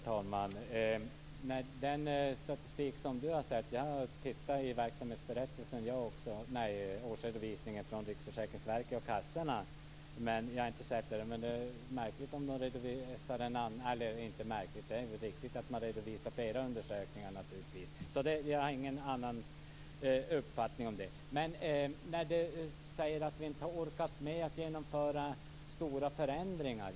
Herr talman! Jag har tittat i årsredovisningen från Riksförsäkringsverket om kassorna jag också, men jag har inte sett det här. Men det är ju riktigt att man redovisar flera undersökningar naturligtvis, så jag har ingen annan uppfattning om det. Men du säger att vi inte har orkat med att genomföra stora förändringar.